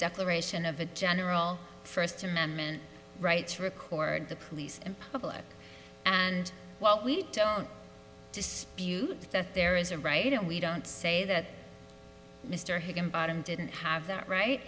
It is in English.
declaration of a general first amendment rights record the police and public and well we don't dispute that there is a right and we don't say that mr higginbotham didn't have that right